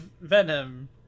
venom